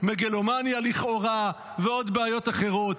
מגלומניה לכאורה ועוד בעיות אחרות.